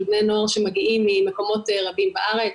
של בני נוער שמגיעים ממקומות רבים בארץ,